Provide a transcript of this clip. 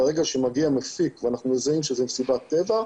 ברגע שמגיע מפיק ואנחנו יודעים שזו מסיבת טבע,